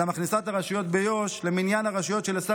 אלא מכניסה את הרשויות ביו"ש למניין הרשויות שלשר